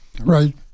Right